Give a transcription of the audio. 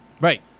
Right